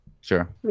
sure